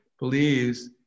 believes